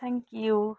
thank you